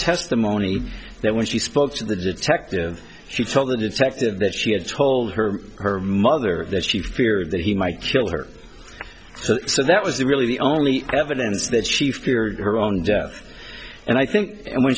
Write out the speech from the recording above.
testimony that when she spoke to the detective she told the detective that she had told her her mother that she feared that he might kill her so that was really the only evidence that she feared her own death and i think